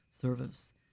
service